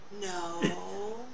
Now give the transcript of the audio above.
No